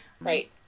Right